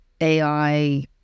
AI